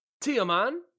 Tiaman